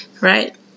right